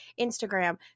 Instagram